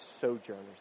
sojourners